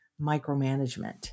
micromanagement